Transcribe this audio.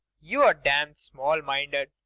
you're damned small-minded.